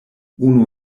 unu